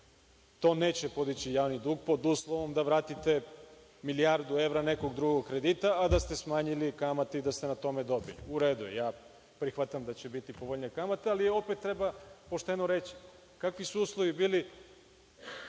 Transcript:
to neće podići javni dug pod uslovom da vratite milijardu evra nekog drugog kredita, a da ste smanjili kamatu i da ste na tome dobili. U redu, prihvatam da će biti povoljnija kamata, ali opet treba pošteno reći kakvi su uslovi bili